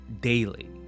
daily